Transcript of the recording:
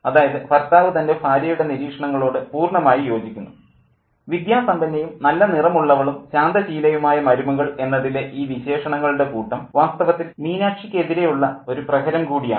അതായത് ഭർത്താവ് തൻ്റെ ഭാര്യയുടെ നിരീക്ഷണങ്ങളോട് പൂർണ്ണമായി യോജിക്കുന്നു വിദ്യാസമ്പന്നയും നല്ല നിറമുള്ളവളും ശാന്തശീലയുമായ മരുമകൾ എന്നതിലെ ഈ വിശേഷണങ്ങളുടെ കൂട്ടം വാസ്തവത്തിൽ മീനാക്ഷിക്കെതിരെ ഉള്ള ഒരു പ്രഹരം കൂടിയാണ്